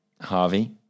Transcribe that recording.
Harvey